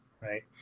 right